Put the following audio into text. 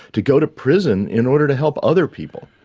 to go to prison in order to help other people.